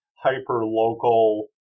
hyper-local